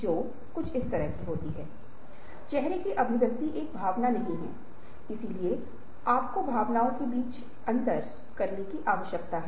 और परिवर्तन से संगठन को प्रतिस्पर्धात्मक लाभ मिलता है जब वह खुद को समान प्रकार के दूसरे उद्योगों के साथ तुलना करता है जिन्होंने परिवर्तन को नहीं अपनाया है